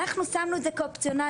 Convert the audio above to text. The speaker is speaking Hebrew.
אנחנו שמנו את זה כאופציונלי,